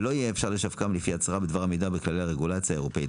ולא יהיה אפשר לשווקם לפי הצהרה בדבר עמידה בכללי הרגולציה האירופית,